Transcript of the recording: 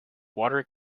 water